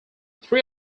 three